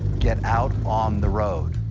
get out on the road.